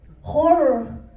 horror